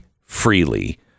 freely